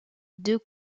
deux